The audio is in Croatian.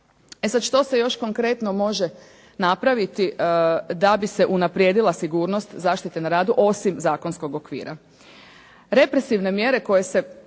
E sad što se još konkretno može napraviti da bi se unaprijedila sigurnost zaštite na radu osim zakonskog okvira. Represivne mjere koje se